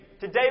Today